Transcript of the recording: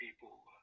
people